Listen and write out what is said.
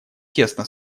тесно